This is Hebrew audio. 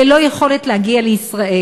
ללא יכולת להגיע לישראל?